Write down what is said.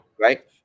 right